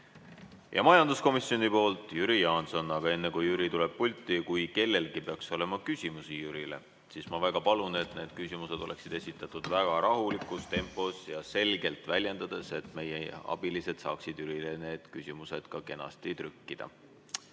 Majanduskomisjoni poolt Jüri Jaanson. Aga enne kui Jüri tuleb pulti: kui kellelgi peaks olema küsimusi Jürile, siis ma väga palun, et need küsimused oleksid esitatud väga rahulikus tempos ja selgelt väljendudes, et meie abilised saaksid Jürile neid küsimusi ka kenasti trükkida.